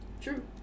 True